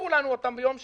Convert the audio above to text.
הסבירו לנו אותם ביום שני.